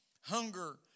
Hunger